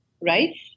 right